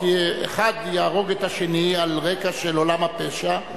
כי האחד יהרוג את השני על רקע של עולם הפשע,